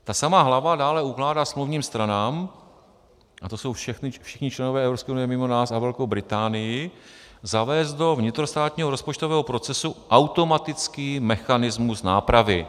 Ta samá hlava dále ukládá smluvním stranám a to jsou všichni členové Evropské unie mimo nás a Velkou Británii zavést do vnitrostátního rozpočtového procesu automatický mechanismus nápravy.